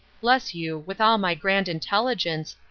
bless you, with all my grand intelligence,